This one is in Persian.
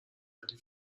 ولی